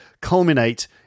culminate